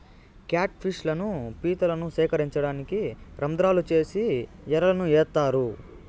cat fish లను, పీతలను సేకరించడానికి రంద్రాలు చేసి ఎరలను ఏత్తారు